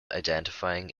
identifying